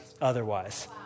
otherwise